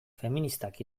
feministak